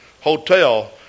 Hotel